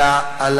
על